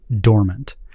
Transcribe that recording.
dormant